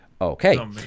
Okay